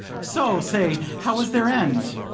so say how was their end?